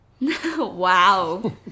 Wow